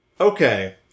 okay